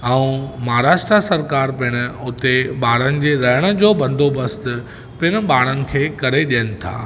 ऐं महाराष्ट्रा सरकारि पिण हुते ॿारनि जे रहण जो बंदोबस्त पिण ॿारनि खे करे ॾियनि था